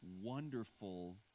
wonderful